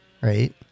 right